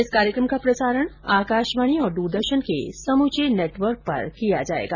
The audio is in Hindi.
इस कार्यक्रम का प्रसारण आकाशवाणी और दूरदर्शन के समुचे नेटवर्क पर किया जाएगा